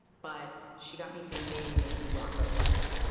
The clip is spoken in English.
but she got me thinking, maybe rocco was.